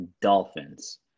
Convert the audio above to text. Dolphins